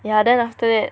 ya then after that